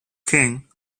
king